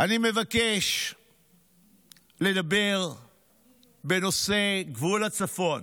אני מבקש לדבר בנושא גבול הצפון